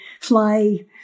fly